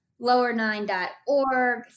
Lower9.org